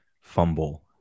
fumble